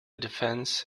defence